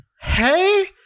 hey